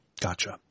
Gotcha